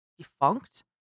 defunct